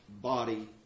body